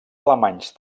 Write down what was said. alemanys